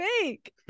fake